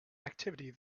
activity